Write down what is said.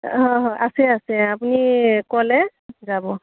হয় হয় আছে আছে আপুনি ক'লে যাব